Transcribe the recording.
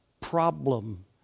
problem